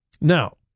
Now